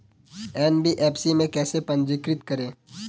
NBFC में कैसे पंजीकृत करें?